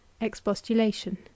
Expostulation